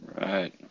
right